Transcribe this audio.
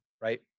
right